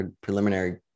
preliminary